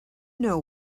know